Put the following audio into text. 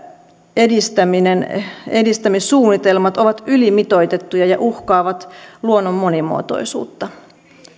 edistämissuunnitelmat ovat ylimitoitettuja ja uhkaavat luonnon monimuotoisuutta